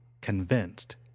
convinced